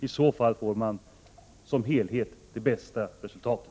På så sätt får man som helhet det bästa resultatet.